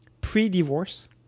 pre-divorce